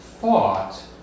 thought